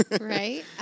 Right